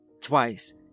twice